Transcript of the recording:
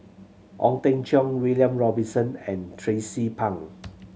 Ong Teng Cheong William Robinson and Tracie Pang